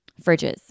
Fridges